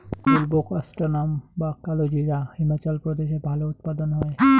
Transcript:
বুলবোকাস্ট্যানাম বা কালোজিরা হিমাচল প্রদেশে ভালো উৎপাদন হয়